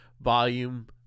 Volume